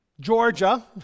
Georgia